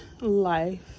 life